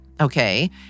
okay